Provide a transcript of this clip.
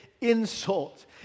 insult